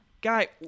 Guy